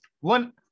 One